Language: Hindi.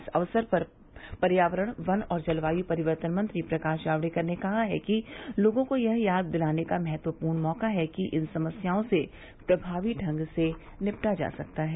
इस अवसर पर पर्यावरण वन और जलवायु परिवर्तन मंत्री प्रकाश जावड़ेकर ने कहा है कि लोगों को यह याद दिलाने का महत्वपूर्ण मौका है कि इन समस्याओं से प्रभावी ढंग से निपटा जा सकता है